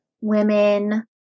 women